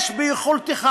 יש ביכולתך